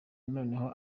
noneho